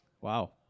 Wow